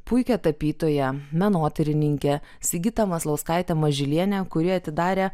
puikią tapytoją menotyrininkę sigitą maslauskaitę mažylienę kuri atidarė